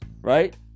right